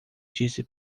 disse